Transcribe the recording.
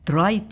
Try